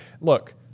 look